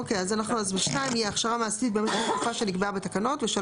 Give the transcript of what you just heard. עדיין יש עוד נקודות לדיוק וחידוד ויש